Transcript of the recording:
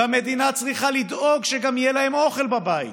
והמדינה צריכה לדאוג שגם יהיה להם אוכל בבית.